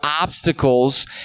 obstacles